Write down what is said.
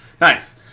Nice